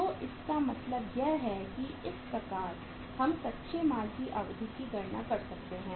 तो इसका मतलब यह है कि इस प्रकार हम कच्चे माल की अवधि की गणना कर सकते हैं